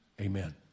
amen